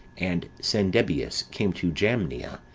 and cendebeus came to jamnia,